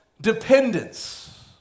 dependence